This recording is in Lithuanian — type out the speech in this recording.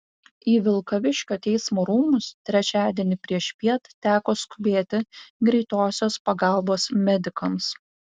į vilkaviškio teismo rūmus trečiadienį priešpiet teko skubėti greitosios pagalbos medikams